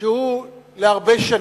שהוא להרבה שנים.